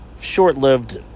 Short-lived